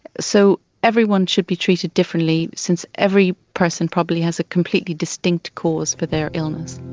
so everyone should be treated differently since every person probably has a completely distinct cause for their illness.